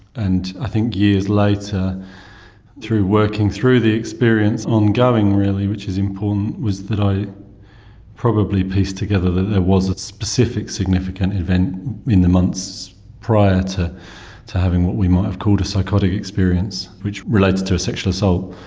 and i think years later through working through the experience ongoing really, which is important, was that i probably pieced together that there was a specific significant event in the months prior to to having what we might have called a psychotic experience, which related to a sexual assault.